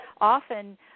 often